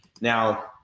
Now